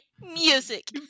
music